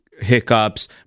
hiccups